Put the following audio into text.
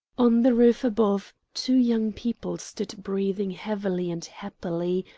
on the roof above, two young people stood breathing heavily and happily,